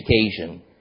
occasion